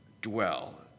dwell